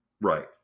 Right